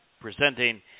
presenting